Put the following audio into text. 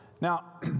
Now